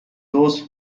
those